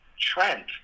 Trent